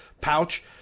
pouch